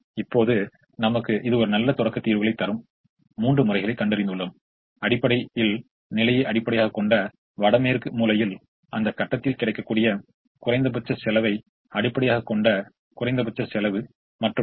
எனவே இப்போது u3 எனபது 1 ஆக ஆகிவிடும் இப்போது அந்த u3 க்கு இங்கே ஒரு ஒதுக்கீடு உள்ளது எனவே நாம் மீண்டும் அதை திரும்பிப் பார்த்தல் அங்கே ஒரு ஒதுக்கீடு இருக்கும்